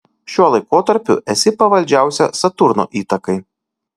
šiuo laikotarpiu esi pavaldžiausia saturno įtakai